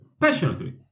passionately